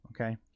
okay